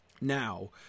now